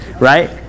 right